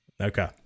Okay